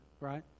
right